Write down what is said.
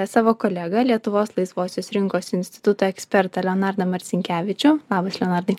savo kolegą lietuvos laisvosios rinkos instituto ekspertą leonardą marcinkevičių labas leonardai